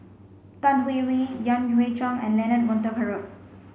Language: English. Tan Hwee Hwee Yan Hui Chang and Leonard Montague Harrod